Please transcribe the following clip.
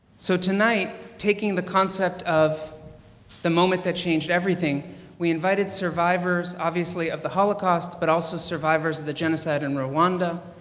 so tonight, taking the concept of the moment that changed everything we invited survivors obviously of the holocaust but also survivors of the genocide in rowanda,